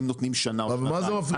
האם נותנים שנה או שנתיים.